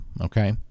Okay